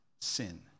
sin